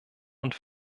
und